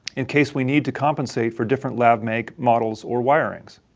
in case we need to compensate for different lav mic models or wirings.